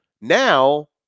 Now